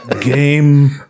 Game